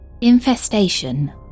Infestation